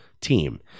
team